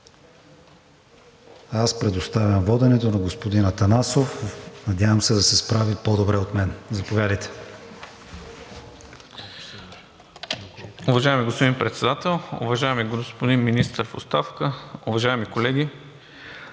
Аз предоставям воденето на господин Атанасов, надявам се да се справи по-добре от мен. Заповядайте.